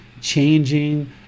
changing